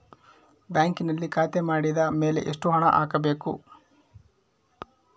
ಬ್ಯಾಂಕಿನಲ್ಲಿ ಖಾತೆ ಮಾಡಿದ ಮೇಲೆ ಎಷ್ಟು ಹಣ ಹಾಕಬೇಕು?